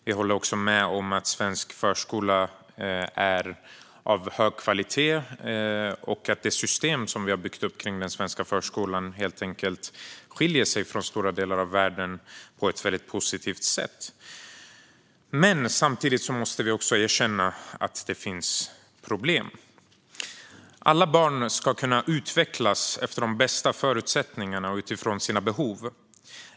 Vi håller också med om att svensk förskola är av hög kvalitet och att det system som vi har byggt upp kring den svenska förskolan på ett väldigt positivt sätt skiljer sig från systemen i stora delar av världen. Men vi måste samtidigt erkänna att det finns problem. Alla barn ska kunna utvecklas med de bästa förutsättningarna och utifrån sina behov.